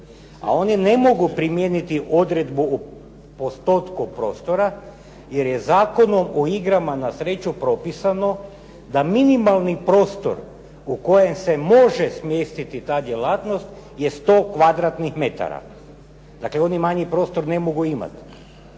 a oni ne mogu primijeniti odredbu o postotku prostora jer je Zakonom o igrama na sreću propisano da minimalni prostor u kojem se može smjestiti ta djelatnost je 100 kvadratnih metara. Dakle, oni manji prostor ne mogu imat.